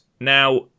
Now